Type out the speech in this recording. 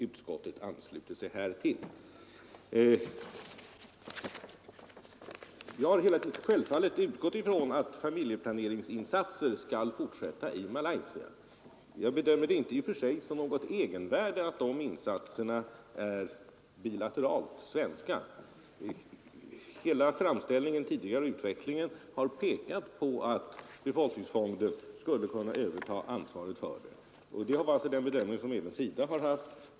Utskottet anslöt sig till detta. Jag har hela tiden självfallet utgått från att familjeplaneringsinsatserna skall fortsätta i Malaysia. Jag bedömer det i och för sig inte som något egenvärde att de insatserna är bilateralt svenska — hela utvecklingen har pekat på att befolkningsfonden skulle kunna överta ansvaret för dem. Den bedömningen har även SIDA gjort.